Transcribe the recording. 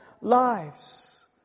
lives